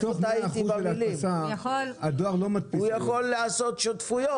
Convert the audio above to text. הוא יכול לעשות שותפויות.